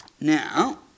Now